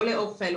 או לאוכל,